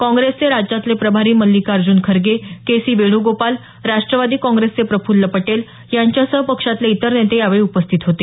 काँग्रेसचे राज्यातले प्रभारी मल्लिकार्ज्न खरगे के सी वेणुगोपाल राष्ट्रवादी काँग्रेसचे प्रफुल्ल पटेल यांच्यासह पक्षातले इतर नेते यावेळी उपस्थित होते